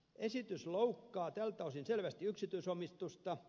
esitys loukkaa tältä osin selvästi yksityisomistusta